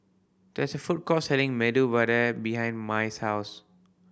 there is a food court selling Medu Vada behind Mai's house